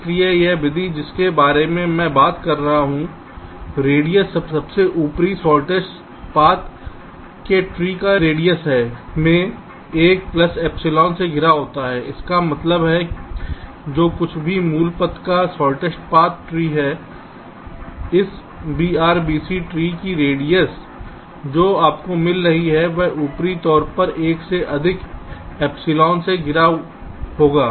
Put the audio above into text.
इसलिए यह विधि जिसके बारे में मैं बात कर रहा हूं रेडियस सबसे ऊपरी शॉर्टेस्ट पथ के ट्री की रेडियस में 1 प्लस एप्सिलॉन से घिरा होता है इसका मतलब है जो कुछ भी मूल पथ का शॉर्टेस्ट पथ ट्री है इस BRBC ट्री की रेडियस जो आपको मिल रही है वह ऊपरी तौर पर 1 से अधिक एप्सिलॉन से घिरा होगा